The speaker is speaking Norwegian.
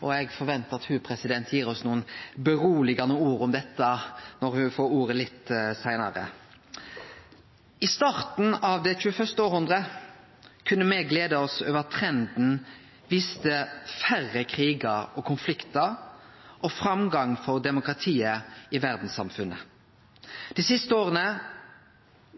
så eg forventar at ho gir oss nokre roande ord om dette når ho får ordet litt seinare. I starten av det 21. århundret kunne me glede oss over at trenden viste færre krigar og konfliktar og framgang for demokratiet i verdssamfunnet. Dei siste åra